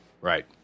Right